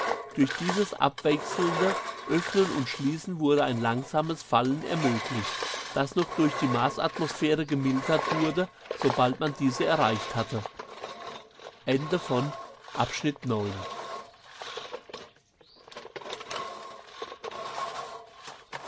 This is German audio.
durch dieses abwechselnde öffnen und schließen wurde ein langsames fallen ermöglicht das noch durch die marsatmosphäre gemildert wurde sobald man diese erreicht hatte